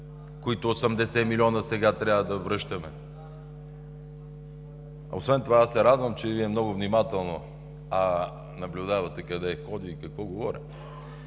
които 80 милиона сега трябва да връщаме. Освен това аз се радвам, че Вие много внимателно наблюдавате къде ходя и какво говоря.